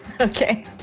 Okay